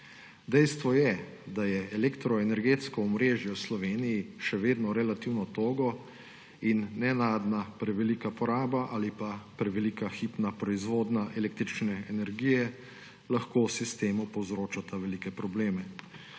Dejstvo je, da je elektroenergetsko omrežje v Sloveniji še vedno relativno togo in nenadna prevelika poraba ali pa prevelika hipna proizvodnja električne energije lahko sistemu povzročata velike probleme.